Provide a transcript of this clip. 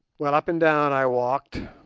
well, up and down i walked,